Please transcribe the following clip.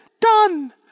Done